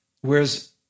Whereas